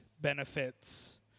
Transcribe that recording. benefits